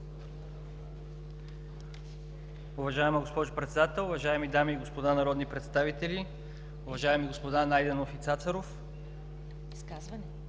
Уважаема госпожо Председател, уважаеми дами и господа народни представители, уважаеми господа Найденов и Цацаров! Ако